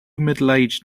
middleaged